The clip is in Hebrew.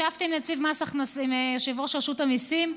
ישבתי עם יושב-ראש רשות המיסים.